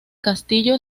castillo